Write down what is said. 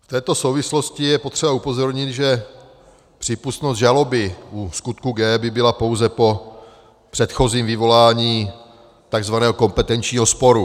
V této souvislosti je potřeba upozornit, že přípustnost žaloby u skutku G by byla pouze po předchozím vyvolání takzvaného kompetenčního sporu.